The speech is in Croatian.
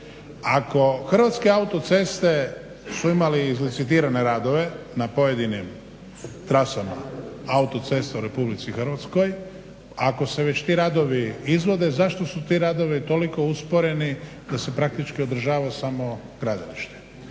Ako Hrvatske autoceste su imali izlicitirane radove na pojedinim trasama autocesta u RH ako se već ti radovi izvode zašto su ti radovi toliko usporeni kada se praktički održava samo gradilište.